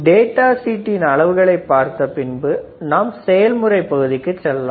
data சீட்டின் அளவுகளை பற்றி பார்த்தபின்பு நாம் செயல்முறை பகுதிக்கு செல்லலாம்